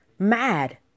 mad